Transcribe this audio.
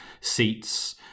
seats